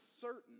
certain